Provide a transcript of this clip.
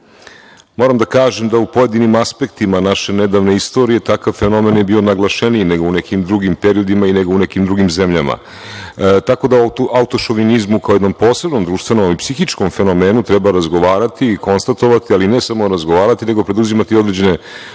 moram da kažem da u pojedinim aspektima naše nedavne istorije, takav fenomen je bio naglašeniji nego u nekim drugim periodima i nego u nekim drugim zemljama. Tako da, o autošovinizmu, kao jednom posebnom društvenom, ali i psihičkom fenomenu, treba razgovarati i konstatovati, ali ne samo razgovarati, nego preduzimati i određene